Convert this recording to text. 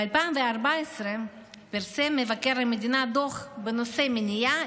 ב-2014 פרסם מבקר המדינה דוח בנושא מניעה,